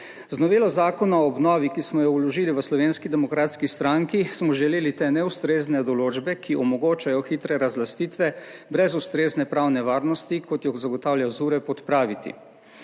Z novelo Zakona o obnovi, ki smo jo vložili v Slovenski demokratski stranki smo želeli te neustrezne določbe, ki omogočajo hitre razlastitve brez ustrezne pravne varnosti kot jo zagotavlja ZURE odpraviti.